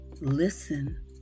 listen